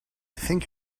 think